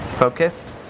focused?